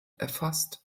erfasst